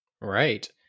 Right